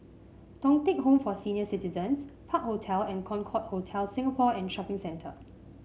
Thong Teck Home for Senior Citizens Park Hotel and Concorde Hotel Singapore and Shopping Centre